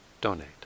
donate